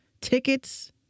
tickets